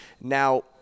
Now